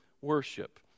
worship